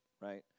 right